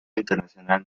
internacional